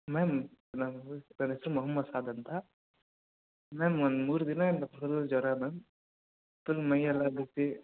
ma'am ನನ್ನ ಹೆಸ್ರು ಮೊಹಮ್ಮದ್ ಸಾದ್ ಅಂತ ಮ್ಯಾಮ್ ಒಂದು ಮೂರು ದಿನದಿಂದ ಫುಲ್ ಜ್ವರ ಮ್ಯಾಮ್ ಫುಲ್ ಮೈಯ್ಯೆಲ್ಲ ಬಿಸಿ